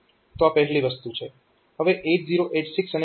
તો આ પહેલી વસ્તુ છે